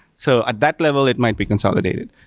so at that level it might be consolidated.